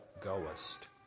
goest